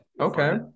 Okay